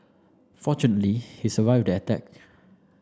fortunately he survived the attack